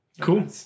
cool